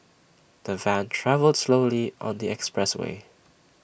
the van travelled slowly on the expressway